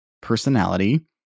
personality